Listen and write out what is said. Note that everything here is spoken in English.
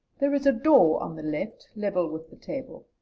there is a door on the left, level with the table.